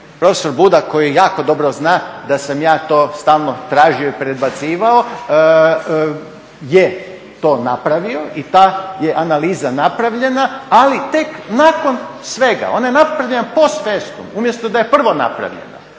prof. Budak koji jako dobro zna da sam ja to stalno tražio i predbacivao je to napravio i ta je analiza napravljena ali tek nakon svega, ona je napravljena post festum umjesto da je prvo napravljena.